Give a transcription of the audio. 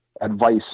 advice